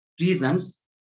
reasons